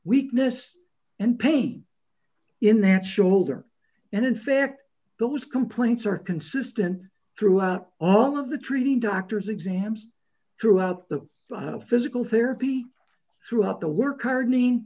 weakness and pain in their shoulder and in fact those complaints are consistent throughout all of the treating doctors exams throughout the file physical therapy throughout the work hard